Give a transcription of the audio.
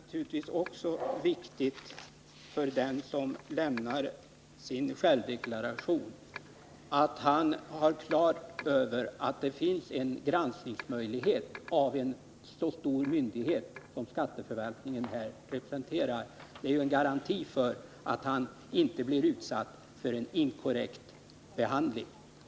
Fru talman! Det är naturligtvis också viktigt för den som lämnar sin självdeklaration att han är på det klara med att det finns en möjlighet att granska en så stor myndighet som skatteförvaltningen här representerar. Det är en garanti för att han inte blir utsatt för inkorrekt behandling.